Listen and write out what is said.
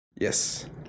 Yes